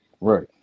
right